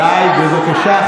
די, בבקשה.